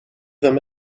them